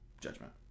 judgment